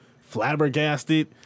flabbergasted